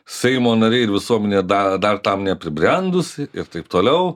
seimo nariai ir visuomenė da dar tam nepribrendusi ir taip toliau